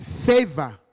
Favor